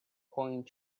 point